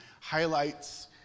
highlights